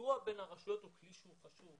הסיוע בין הרשויות הוא כלי חשוב.